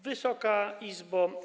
Wysoka Izbo!